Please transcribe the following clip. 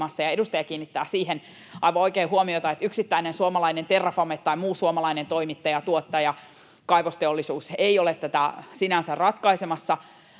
Edustaja kiinnittää aivan oikein huomiota siihen, että yksittäinen suomalainen Terrafame tai muu suomalainen toimittaja, tuottaja tai kaivosteollisuus ei ole tätä sinänsä ratkaisemassa,